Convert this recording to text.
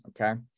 Okay